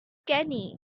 kenny